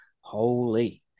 Holy